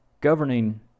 Governing